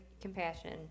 compassion